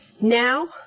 Now